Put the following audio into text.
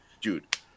Dude